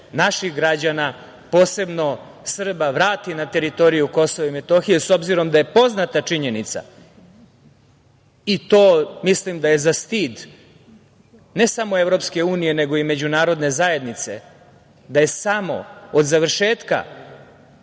naših građana, posebno Srba vrati na teritoriju Kosova i Metohije, s obzirom da je poznata činjenica i to mislim da je stid ne samo Evropske unije, nego i Međunarodne zajednice da je samo od završetka